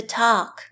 talk